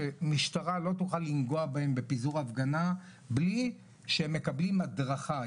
שמשטרה לא תוכל לנגוע בהם בפיזור הפגנה מבלי שהם מקבלים הדרכה.